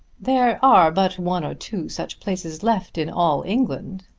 there are but one or two such places left in all england,